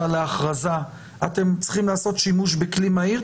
להכרזה אתם צריכים לעשות שימוש בכלי מהיר,